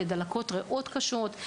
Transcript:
לדלקות ריאות קשות,